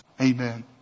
Amen